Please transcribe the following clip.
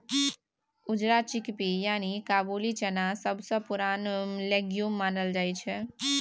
उजरा चिकपी यानी काबुली चना सबसँ पुरान लेग्युम मानल जाइ छै